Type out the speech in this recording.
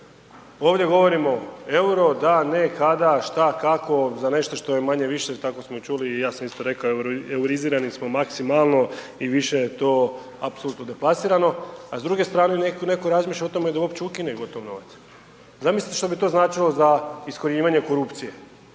ovdje govorimo EUR-o da, ne, kada, šta, kako za nešto što je manje-više tako smo i čuli i ja sam isto rekao eurizirani smo maksimalno i više to apsolutno deplasirano, a s druge strane netko razmišlja o tome da uopće ukine gotov novac. Zamislite što bi to značilo za iskorjenjivanje korupcije.